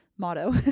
motto